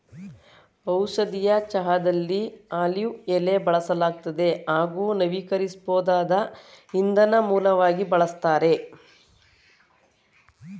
ಔಷಧೀಯ ಚಹಾದಲ್ಲಿ ಆಲಿವ್ ಎಲೆ ಬಳಸಲಾಗ್ತದೆ ಹಾಗೂ ನವೀಕರಿಸ್ಬೋದಾದ ಇಂಧನ ಮೂಲವಾಗಿ ಬಳಸ್ತಾರೆ